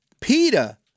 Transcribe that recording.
Peta